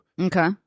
Okay